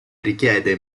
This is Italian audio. richiede